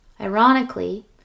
Ironically